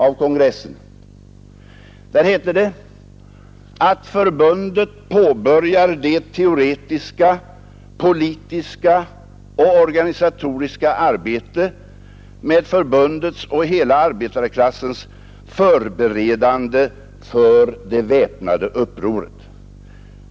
Det heter där bl.a. ”att förbundet påbörjar det teoretiska, politiska och organisatoriska arbetet med förbundets och hela arbetarklassens förberedande för det väpnade upproret.